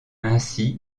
aussi